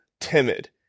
timid